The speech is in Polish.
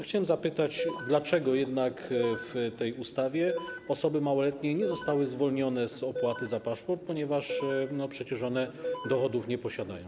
Chciałem zapytać, dlaczego jednak w tej ustawie osoby małoletnie nie zostały zwolnione z opłaty za paszport, ponieważ przecież one dochodów nie posiadają.